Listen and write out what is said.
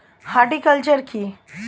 Horticulture কি?